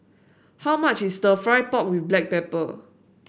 how much is stir fry pork with Black Pepper